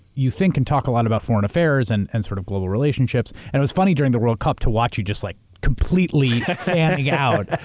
you think and talk a lot about foreign affairs and and sort of global relationships. and it was funny during the world cup to watch you just like completely fanning out.